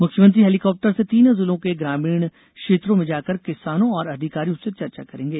मुख्यमंत्री हेलीकॉप्टर से तीनों जिलों के ग्रामीण क्षेत्रों में जाकर किसानों और अधिकारियों से चर्चा करेंगे